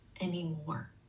anymore